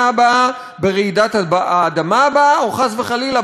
ברעידת האדמה הבאה או חס וחלילה במלחמה הבאה.